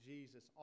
Jesus